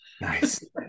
Nice